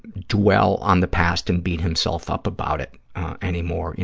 dwell on the past and beat himself up about it anymore. you